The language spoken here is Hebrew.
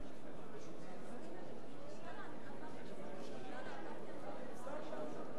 ולכן בחרתי שלא לערבב ביוצרות,